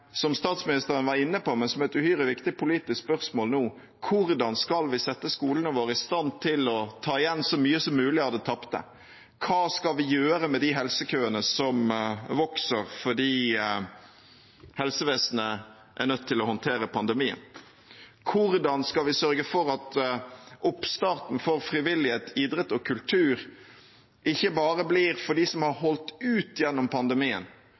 som statsministeren var inne på, men som er et uhyre viktig politisk spørsmål nå: Hvordan skal vi sette skolene våre i stand til å ta igjen så mye som mulig av det tapte? Hva skal vi gjøre med de helsekøene som vokser fordi helsevesenet er nødt til å håndtere pandemien? Hvordan skal vi sørge for at oppstarten for frivillighet, idrett og kultur ikke bare blir for dem som har holdt ut gjennom pandemien,